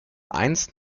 eins